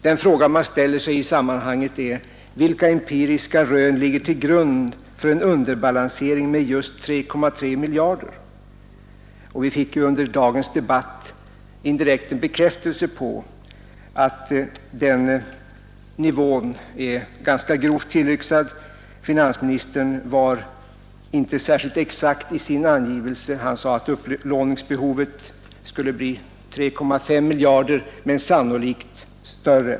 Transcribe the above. Den fråga som anmäler sig i sammanhanget är: Vilka empiriska rön ligger till grund för en underbalansering med just 3,3 miljarder? Vi fick under dagens debatt indirekt bekräftelse på att denna nivå är ganska grovt tillyxad. Finansministern var inte särskilt exakt i sin angivelse. Han sade att upplåningsbehovet skulle bli kanske 3,5 miljarder men sannolikt större.